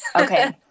Okay